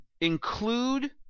include